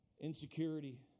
insecurity